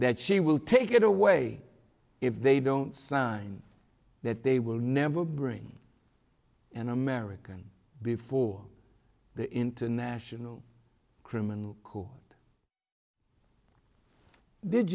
that she will take it away if they don't sign that they will never bring an american before the international criminal court did